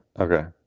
Okay